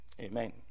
Amen